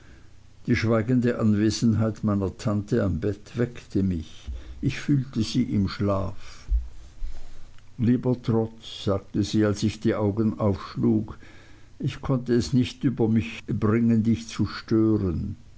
die schweigende anwesenheit meiner tante am bett weckte mich ich fühlte sie im schlaf lieber trot sagte sie als ich die augen aufschlug ich konnte es nicht über mich bringen dich zu stören